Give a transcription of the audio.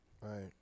Right